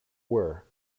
were